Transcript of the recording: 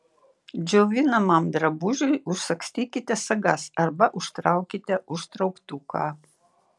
džiovinamam drabužiui užsagstykite sagas arba užtraukite užtrauktuką